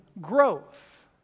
growth